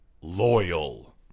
Loyal